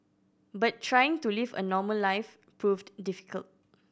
but trying to live a normal life proved difficult